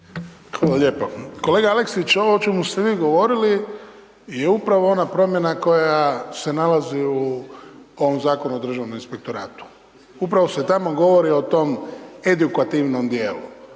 Hvala lijepa. Kolega Aleksić, ovo o čemu ste vi govorili je upravo ona promjena koja se nalazi u ovom Zakonu o Državnom inspektoratu. Upravo se tamo govori o tom edukativnom dijelu.